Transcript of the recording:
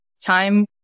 Time